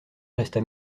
resta